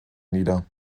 nieder